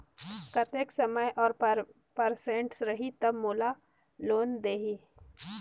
कतेक समय और परसेंट रही तब मोला लोन देही?